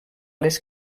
les